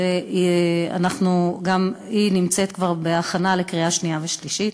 שגם היא נמצאת כבר בהכנה לקריאה שנייה ושלישית.